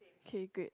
K great